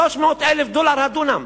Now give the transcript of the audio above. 300,000 דולר הדונם.